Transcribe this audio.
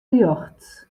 rjochts